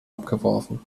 abgeworfen